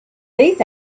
these